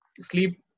sleep